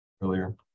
earlier